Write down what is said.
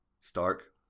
Stark